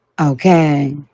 Okay